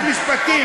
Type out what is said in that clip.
איזה משפטים.